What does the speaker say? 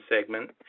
segment